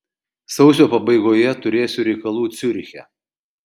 sausio pabaigoje turėsiu reikalų ciuriche